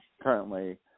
currently